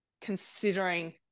considering